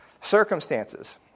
Circumstances